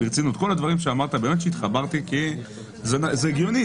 באמת התחברתי לכל הדברים שאמרת כי זה הגיוני,